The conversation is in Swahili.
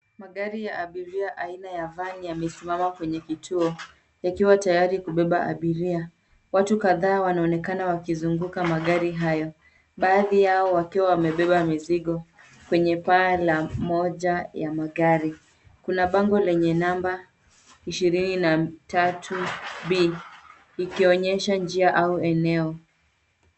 Magari ya abiria aina ya van yamesimama kwenye kituo, yakiwa tayari kubeba abiria. Watu kadhaa wanaonekana wakizunguka magari hayo. Baadhi yao wakiwa wamebeba mzigo kwenye paa la moja ya magari. Kuna bango lenye namba ishirini na tatu B likionyesha njia au eneo.